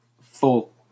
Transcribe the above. full